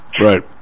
Right